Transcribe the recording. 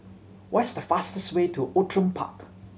what is the fastest way to Outram Park